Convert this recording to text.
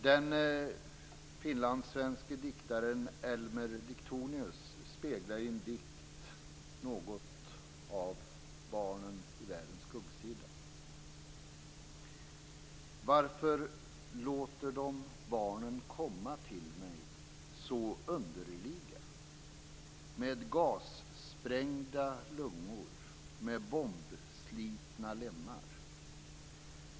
Den finlandssvenske diktaren Elmer Diktonius speglar i en dikt barnen på världens skuggsida: Varför låter de barnen komma till mig så underliga med gassprängda lungor med bombslitna lemmar?